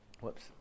Whoops